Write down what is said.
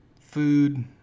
food